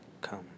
come